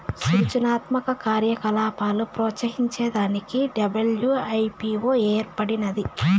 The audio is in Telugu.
సృజనాత్మక కార్యకలాపాలు ప్రోత్సహించే దానికి డబ్ల్యూ.ఐ.పీ.వో ఏర్పడినాది